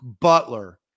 Butler